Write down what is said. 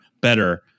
better